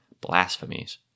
blasphemies